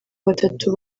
batatu